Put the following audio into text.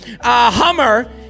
Hummer